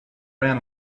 ran